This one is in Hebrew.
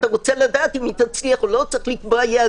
אתה רוצה לדעת אם היא תצליח או לא אתה צריך לקבוע יעדים.